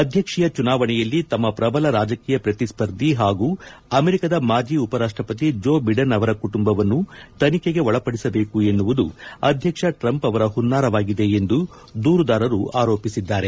ಅಧ್ಯಕ್ಷೀಯ ಚುನಾವಣೆಯಲ್ಲಿ ತಮ್ಮ ಪ್ರಬಲ ರಾಜಕೀಯ ಪ್ರತಿಸ್ಪರ್ಧಿ ಹಾಗೂ ಅಮೆರಿಕದ ಮಾಜಿ ಉಪರಾಷ್ಟಪತಿ ಜೋ ಬಿಡನ್ ಅವರ ಕುಟುಂಬವನ್ನು ತನಿಬೆಗೆ ಒಳಪಡಿಸಬೇಕು ಎನ್ನುವುದು ಅಧ್ಯಕ್ಷ ಟ್ರಂಪ್ ಅವರ ಹುನ್ನಾರವಾಗಿದೆ ಎಂದು ದೂರುದಾರರು ಆರೋಪಿಸಿದ್ದಾರೆ